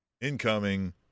incoming